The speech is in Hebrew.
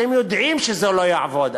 אתם יודעים שזה לא יעבוד.